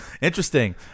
interesting